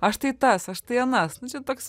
aš tai tas aš tai anas nu čia toks